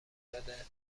داده